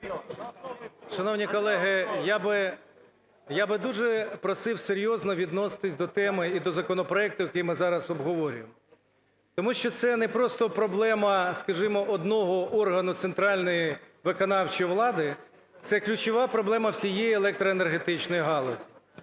Шановні колеги, я би дуже просив серйозно відноситись до теми і до законопроекту, який ми зараз обговорюємо, тому що це не просто проблема, скажімо, одного органу центральної виконавчої влади, це ключова проблема всієї електроенергетичної галузі.